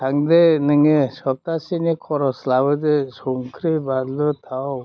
थांदो नोङो सबथाहसेनि खरस लाबोदो संख्रि बानलु थाव